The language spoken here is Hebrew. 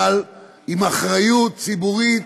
אבל עם אחריות ציבורית,